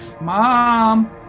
Mom